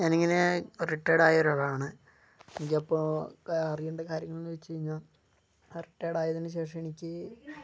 ഞാൻ ഇങ്ങനെ റിട്ടയേർഡ് ആയ ഒരാളാണ് എനിക്കപ്പോൾ അറിയേണ്ട കാര്യങ്ങൾ എന്ന് വെച്ച് കഴിഞ്ഞാൽ റിട്ടയേർഡ് ആയതിന് ശേഷം എനിക്ക്